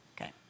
Okay